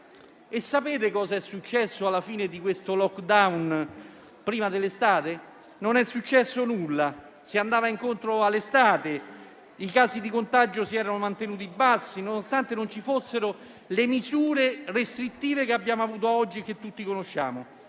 E sapete cosa è successo alla fine del *lockdown* prima dell'estate? Nulla. Si andava incontro all'estate, i casi di contagio si erano mantenuti bassi, nonostante non ci fossero le misure restrittive che abbiamo avuto oggi e che tutti conosciamo.